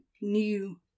new